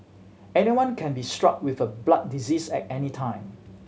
anyone can be struck with a blood disease at any time